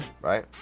right